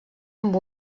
amb